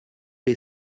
les